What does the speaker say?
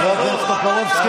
חבר הכנסת טופורובסקי,